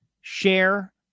share